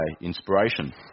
inspiration